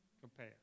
compare